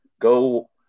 go